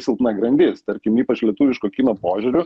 silpna grandis tarkim ypač lietuviško kino požiūriu